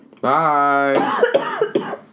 Bye